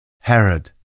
Herod